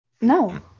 No